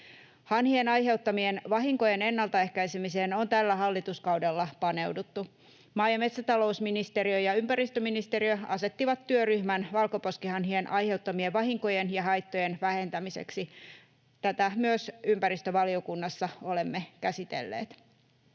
Hanhien aiheuttamien vahinkojen ennaltaehkäisemiseen on tällä hallituskaudella paneuduttu. Maa- ja metsätalousministeriö ja ympäristöministeriö asettivat työryhmän valkoposkihanhien aiheuttamien vahinkojen ja haittojen vähentämiseksi. Tätä myös ympäristövaliokunnassa olemme käsitelleet.